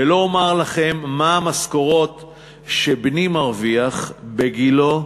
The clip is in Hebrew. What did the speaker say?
ולא אומר לכם מה המשכורת שבני מרוויח, בגילו,